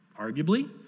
Arguably